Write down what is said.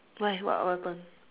why what what happened